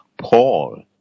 Paul